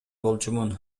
болчумун